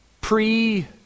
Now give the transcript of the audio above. pre-